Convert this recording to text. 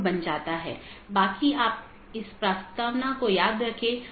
इसका मतलब है यह चीजों को इस तरह से संशोधित करता है जो कि इसके नीतियों के दायरे में है